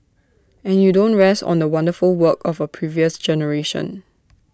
and you don't rest on the wonderful work of A previous generation